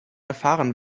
erfahren